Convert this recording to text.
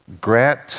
Grant